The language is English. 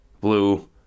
blue